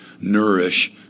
nourish